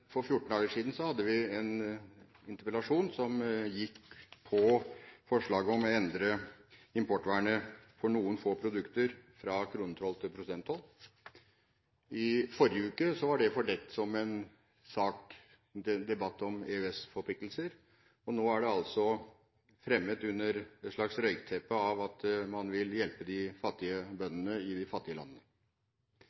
For 14 dager siden hadde vi en interpellasjon som gikk på forslaget om å endre importvernet for noen få produkter fra kronetoll til prosenttoll. I forrige uke var det fordekt som en debatt om EØS-forpliktelser, og nå er det fremmet under et slags røykteppe at man vil hjelpe de fattige